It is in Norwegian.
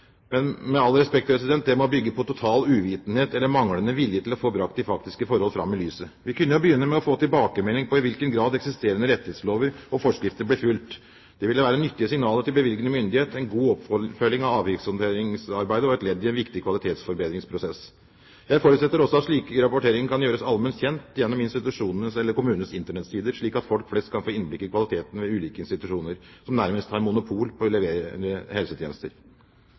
Med all respekt: Det må bygge på total uvitenhet eller manglende vilje til å få brakt de faktiske forhold fram i lyset. Vi kunne jo begynne med å få tilbakemelding på i hvilken grad eksisterende rettighetslover og forskrifter blir fulgt. Det ville være nyttige signaler til bevilgende myndighet, en god oppfølging av avvikshåndteringsarbeidet og et ledd i en viktig kvalitetsforbedringsprosess. Jeg forutsetter også at slike rapporteringer kan gjøres allment kjent gjennom institusjonenes eller kommunenes internettsider, slik at også folk flest kan få et innblikk i kvaliteten ved ulike institusjoner som har tilnærmet monopol på å levere helsetjenester.